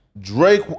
drake